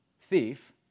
thief